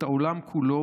את העולם כולו,